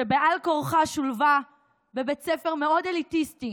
שבעל כורחה שולבה בבית ספר מאוד אליטיסטי